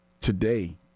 today